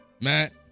matt